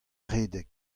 redek